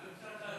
אני רוצה לדעת,